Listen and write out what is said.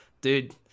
dude